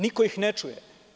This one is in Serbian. Niko ih ne čuje.